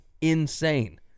insane